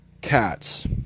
cats